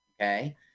Okay